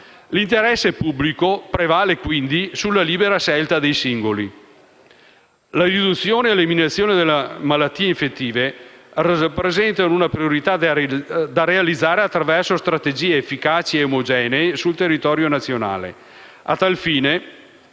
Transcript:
L'interesse pubblico quindi prevale sulla libera scelta dei singoli. La riduzione e l'eliminazione delle malattie infettive rappresentano una priorità da realizzare attraverso strategie efficaci e omogenee sul territorio nazionale.